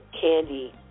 Candy